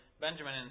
Benjamin